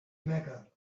mecca